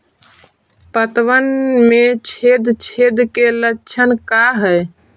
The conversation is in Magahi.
पतबन में छेद छेद के लक्षण का हइ?